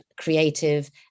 creative